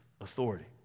authority